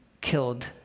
killed